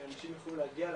שאנשים יוכלו להגיע אליה,